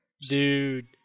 Dude